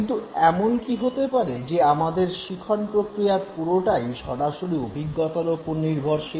কিন্তু এমন কি হতে পারে যে আমাদের শিখন প্রক্রিয়ার পুরোটাই সরাসরি অভিজ্ঞতার ওপর নির্ভরশীল